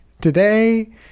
today